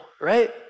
right